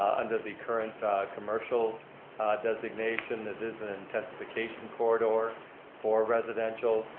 under the current commercial designation, it is an intensification corridor for residential,